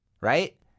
Right